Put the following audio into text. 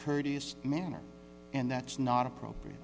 courteous manner and that's not appropriate